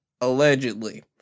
allegedly